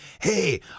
hey